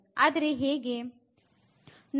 ಆದರೆ ಹೇಗೆ